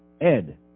Ed